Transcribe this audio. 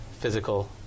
physical